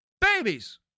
babies